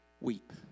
weep